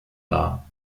dar